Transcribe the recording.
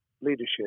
leadership